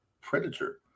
Predator